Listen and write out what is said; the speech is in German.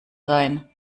sein